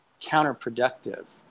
counterproductive